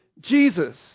Jesus